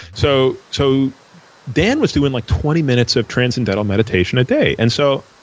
so so dan was doing like twenty minutes of transcendental meditation a day, and so,